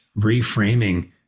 reframing